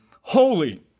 Holy